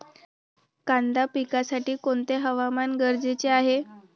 कांदा पिकासाठी कोणते हवामान गरजेचे आहे?